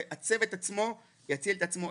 והצוות עצמו יציל את עצמו.